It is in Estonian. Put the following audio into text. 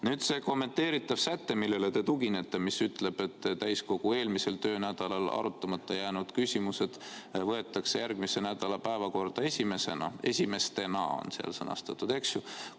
see kommenteeritav säte, millele te tuginete, mis ütleb, et täiskogu eelmisel töönädalal arutamata jäänud küsimused võetakse järgmise nädala päevakorda esimesena või "esimestena", nagu seal on sõnastatud. Kui